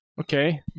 Okay